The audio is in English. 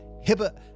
Hibbert